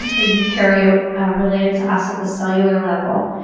a eukaryote related to us at the cellular level.